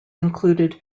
included